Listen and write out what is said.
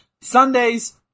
Sundays